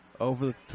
over